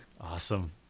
awesome